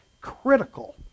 critical